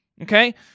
Okay